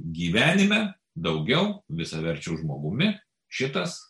gyvenime daugiau visaverčiu žmogumi šitas